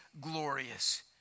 glorious